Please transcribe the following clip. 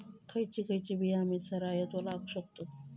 खयची खयची बिया आम्ही सरायत लावक शकतु?